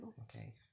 Okay